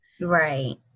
right